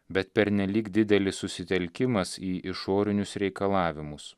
bet pernelyg didelis susitelkimas į išorinius reikalavimus